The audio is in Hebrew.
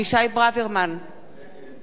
נגד מוחמד ברכה,